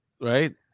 right